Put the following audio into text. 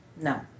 No